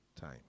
time